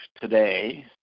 today